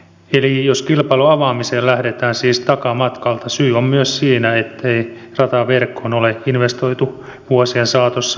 eli jos kilpailun avaamiseen siis lähdetään takamatkalta syy on myös siinä ettei rataverkkoon ole investoitu vuosien saatossa riittävästi